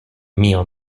mío